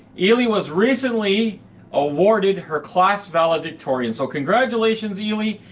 ellie was recently awarded her class valedictorian, so congratulations, ellie,